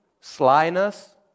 slyness